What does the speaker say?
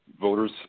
voters